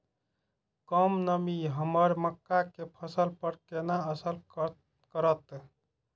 कम नमी हमर मक्का के फसल पर केना असर करतय?